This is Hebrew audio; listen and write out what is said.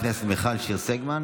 מיכל שיר סגמן,